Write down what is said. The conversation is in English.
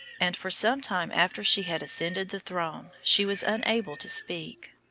and for some time after she had ascended the throne she was unable to speak.